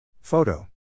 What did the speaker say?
Photo